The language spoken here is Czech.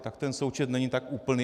Tak ten součet není tak úplný.